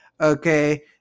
Okay